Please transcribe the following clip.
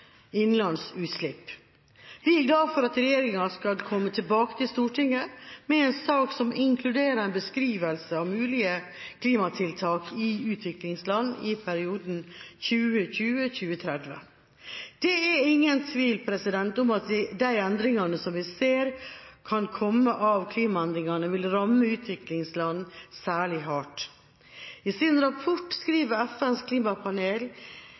utslipp. Vi er glade for at regjeringa skal komme til Stortinget med en sak som inkluderer en beskrivelse av mulige klimatiltak i utviklingsland i perioden 2020–2030. Det er ingen tvil om at de endringene vi ser kan komme av klimaendringene, vil ramme utviklingslandene særlig hardt. I sin rapport skriver FNs klimapanel